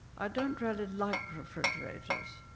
i don't really like refrigerators.